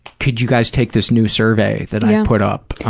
could you guys take this new survey that i put up,